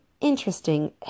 interesting